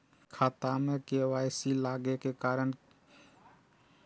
खाता मे के.वाई.सी लागै के कारण की होय छै?